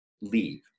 leave